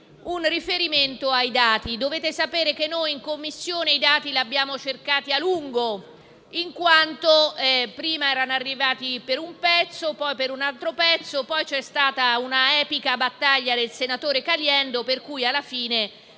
un gran lavoratore. Dovete sapere che noi in Commissione i dati li abbiamo cercati a lungo, in quanto prima erano arrivati per un pezzo, poi per un altro pezzo; dopodiché c'è stata un'epica battaglia del senatore Caliendo, per cui, alla fine